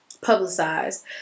publicized